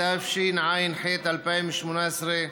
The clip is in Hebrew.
התשע"ח 2018,